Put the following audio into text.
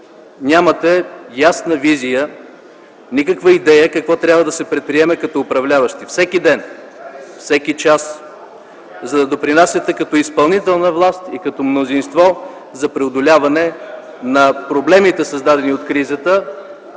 Нямате ясна визия и никаква идея какво трябва да се предприеме като управляващи всеки ден, всеки час, за да допринасяте като изпълнителна власт и мнозинство за преодоляване на проблемите, създадени от кризата,